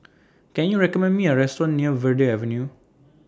Can YOU recommend Me A Restaurant near Verde Avenue